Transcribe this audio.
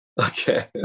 Okay